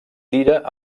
tira